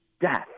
death